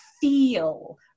feel